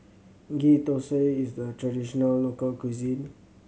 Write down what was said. Ghee Thosai is the traditional local cuisine